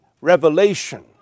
revelation